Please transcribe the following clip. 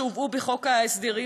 שהובאו בחוק ההסדרים.